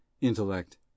intellect